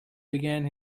began